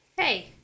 Hey